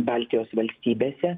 baltijos valstybėse